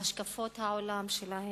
להשקפות העולם שלהם,